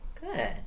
Good